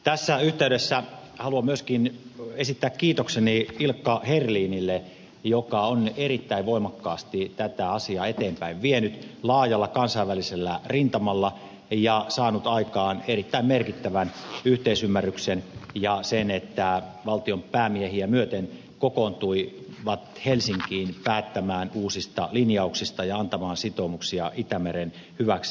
tässä yhteydessä haluan myöskin esittää kiitokseni ilkka herlinille joka on erittäin voimakkaasti tätä asiaa eteenpäin vienyt laajalla kansainvälisellä rintamalla ja saanut aikaan erittäin merkittävän yhteisymmärryksen ja sen että valtionpäämiehiä myöten kokoonnuttiin helsinkiin päättämään uusista linjauksista ja antamaan sitoumuksia itämeren hyväksi